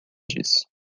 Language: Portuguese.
disso